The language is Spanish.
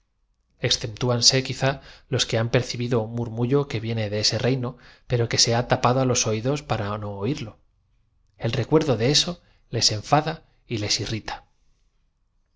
mediocridad ezceptúanse quizá los que han percibido un murmurmullo que viene de ese reino pero que se han ta pado los oídos para no oírlo el recuerdo de eso les enfada y les irrita